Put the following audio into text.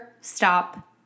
stop